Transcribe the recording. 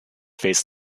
faced